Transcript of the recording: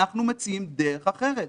אנחנו מציעים דרך אחרת.